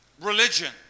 religion